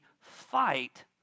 fight